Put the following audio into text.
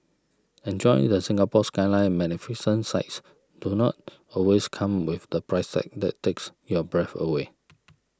enjoy the Singapore Skyline Magnificent sights do not always come with the price tag that takes your breath away